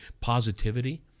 positivity